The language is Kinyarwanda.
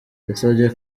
yasabye